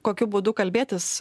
kokiu būdu kalbėtis